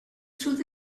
through